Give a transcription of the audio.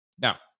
Now